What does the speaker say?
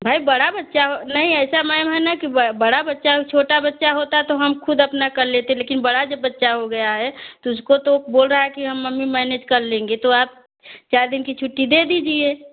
भाई बड़ा बच्चा नहीं ऐसा मैम है न कि बड़ा बच्चा है वह छोटा बच्चा होता तो हम ख़ुद अपना कर लेते लेकिन बड़ा जब बच्चा हो गया है तो उसको तो बोल रहा है कि हम मम्मी मैनेज कर लेंगे तो आप चार दिन की छुट्टी दे दीजिए